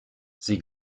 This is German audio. sie